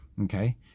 Okay